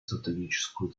стратегическую